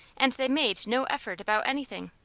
and they made no effort about anything.